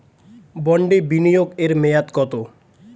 বন্ডে বিনিয়োগ এর মেয়াদ কত?